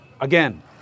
Again